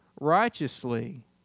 righteously